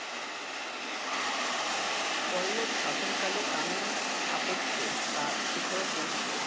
পল্লব শাসনকালে তামিল স্থাপত্য তার শিখরে পৌঁছেছিলো